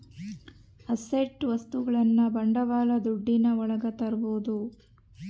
asset ವಸ್ತುಗಳನ್ನ ಬಂಡವಾಳ ದುಡ್ಡಿನ ಒಳಗ ತರ್ಬೋದು